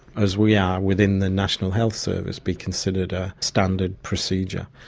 as we are within the national health service, be considered a standard procedure.